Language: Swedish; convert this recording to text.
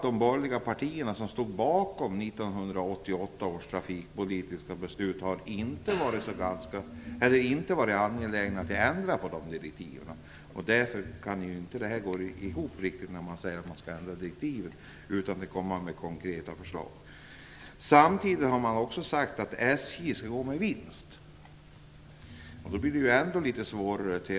De borgerliga partierna som stod bakom 1988 års trafikpolitiska beslut har inte varit angelägna att ändra på dessa direktiv. Därför går det inte riktigt ihop när de säger att direktiven skall ändras utan att man kommer med konkreta förslag. Samtidigt har man också sagt att SJ skall gå med vinst. Då blir det ännu svårare.